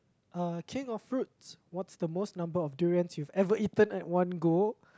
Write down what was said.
uh king of fruits what's the most number of durians you've ever eaten at one go